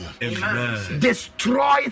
Destroy